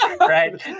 right